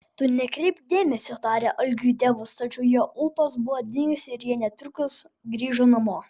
tu nekreipk dėmesio tarė algiui tėvas tačiau jo ūpas buvo dingęs ir jie netrukus grįžo namo